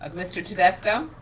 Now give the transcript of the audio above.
ah mr. tedesco?